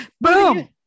boom